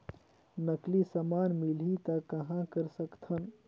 नकली समान मिलही त कहां कर सकथन?